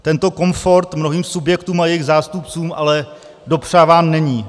Tento komfort mnohým subjektům a jejich zástupcům ale dopřáván není.